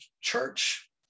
church